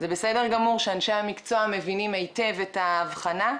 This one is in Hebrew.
זה בסדר גמור שאנשי המקצוע מבינים היטב את ההבחנה,